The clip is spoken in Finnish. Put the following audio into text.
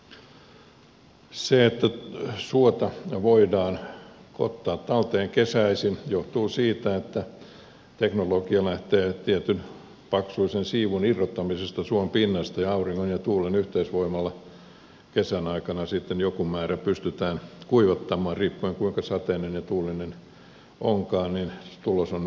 se että suota voidaan ottaa talteen kesäisin johtuu siitä että teknologia lähtee tietyn paksuisen siivun irrottamisesta suon pinnasta ja auringon ja tuulen yhteisvoimalla kesän aikana sitten joku määrä pystytään kuivattamaan ja riippuen siitä kuinka sateinen ja tuulinen kesä onkaan niin tulos on vähän sen mukainen